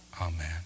Amen